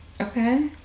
okay